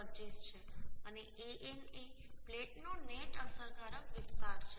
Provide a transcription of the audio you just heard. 25 છે અને An એ પ્લેટનો નેટ અસરકારક વિસ્તાર છે